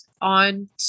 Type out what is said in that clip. on